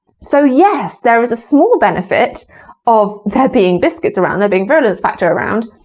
so yes, there is a small benefit of there being biscuits around, there being virulence factor around,